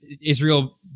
Israel